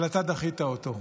אבל אתה דחית אותו.